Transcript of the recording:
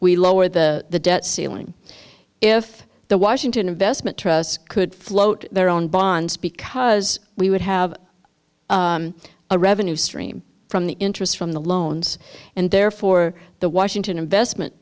we lower the debt ceiling if the washington investment trust could float their own bonds because we would have a revenue stream from the interest from the loans and therefore the washington investment